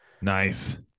Nice